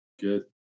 Good